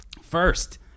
First